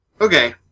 Okay